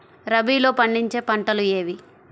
రబీలో పండించే పంటలు ఏవి?